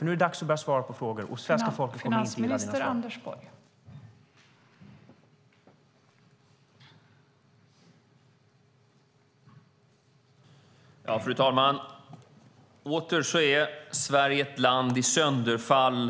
Nu är det dags att börja svara på frågor, och svenska folket kommer inte att gilla dina svar.